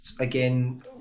again